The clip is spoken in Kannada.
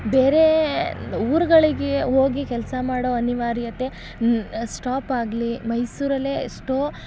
ಬೇರೆ ಊರುಗಳಿಗೆ ಹೋಗಿ ಕೆಲಸ ಮಾಡೋ ಅನಿವಾರ್ಯತೆ ಸ್ಟಾಪಾಗಲಿ ಮೈಸೂರಲ್ಲೇ ಎಷ್ಟೋ